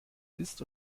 ist